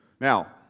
Now